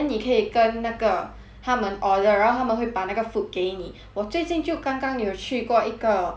他们 order 然后他们会把那个 food 给你我最近就刚刚有去过一个 barbecue 的 shop hor